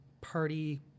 party